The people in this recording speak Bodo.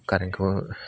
कारेन्टखौ